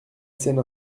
seine